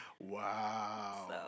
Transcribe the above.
Wow